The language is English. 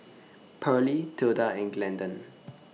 Pearlie Tilda and Glendon